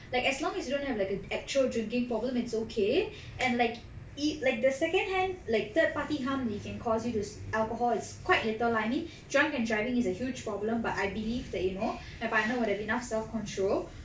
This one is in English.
like as long as you don't have like an actual drinking problem it's okay and like like the second hand like third party harm they can cause you is alcohol it's quite little lah I mean drunk and driving is a huge problem but I believe that you know enough self control